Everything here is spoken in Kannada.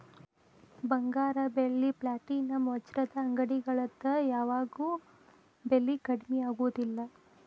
ಬಂಗಾರ ಬೆಳ್ಳಿ ಪ್ಲಾಟಿನಂ ವಜ್ರದ ಅಂಗಡಿಗಳದ್ ಯಾವಾಗೂ ಬೆಲಿ ಕಡ್ಮಿ ಆಗುದಿಲ್ಲ